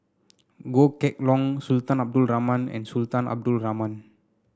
Goh Kheng Long Sultan Abdul Rahman and Sultan Abdul Rahman